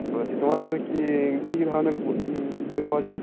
বলছি তোমার ওখানে কী কি কি ধরনের বো বই পাওয়া যায়